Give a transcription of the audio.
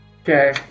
Okay